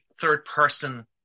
third-person